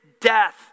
death